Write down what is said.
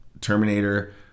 Terminator